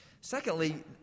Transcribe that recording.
Secondly